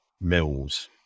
Mills